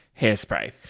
hairspray